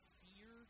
fear